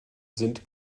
sind